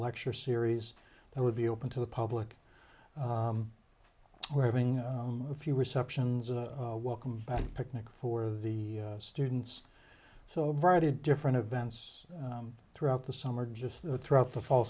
lecture series that would be open to the public we're having a few receptions a welcome picnic for the students so a variety of different events throughout the summer just throughout the fall